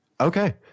Okay